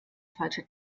falsche